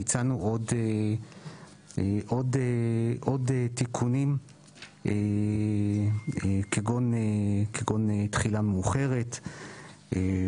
הצענו עוד תיקונים כגון תחילה מאוחרת,